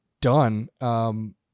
done